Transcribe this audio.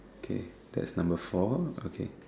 kay that's number four okay